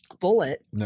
bullet